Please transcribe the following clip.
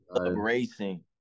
racing